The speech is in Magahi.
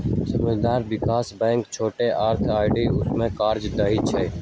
सामुदायिक विकास बैंक छोट अर्थ आऽ उद्यम कर्जा दइ छइ